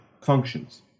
functions